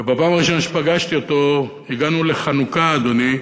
ובפעם הראשונה שפגשתי אותו הגענו לחנוכה, אדוני,